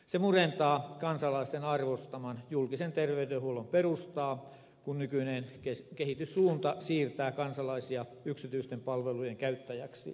se murentaa kansalaisten arvostaman julkisen terveydenhuollon perustaa kun nykyinen kehityssuunta siirtää kansalaisia yksityisten palvelujen käyttäjiksi